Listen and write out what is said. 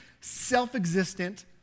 self-existent